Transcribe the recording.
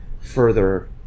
further